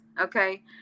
okay